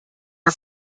are